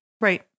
Right